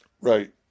Right